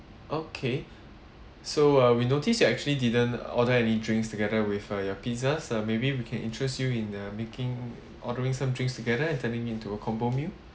okay so uh we noticed you actually didn't order any drinks together with uh your pizza so maybe we can interest you in uh making ordering some drinks together and turning into a combo meal